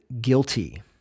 guilty